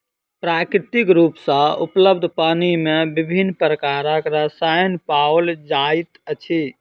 प्राकृतिक रूप सॅ उपलब्ध पानि मे विभिन्न प्रकारक रसायन पाओल जाइत अछि